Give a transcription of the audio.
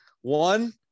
One